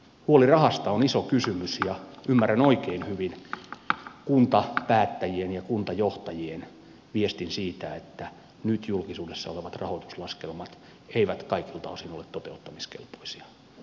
huoli rahasta on iso kysymys ja ymmärrän oikein hyvin kuntapäättäjien ja kuntajohtajien viestin siitä että nyt julkisuudessa olevat rahoituslaskelmat eivät kaikilta osin ole toteuttamiskelpoisia